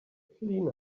clean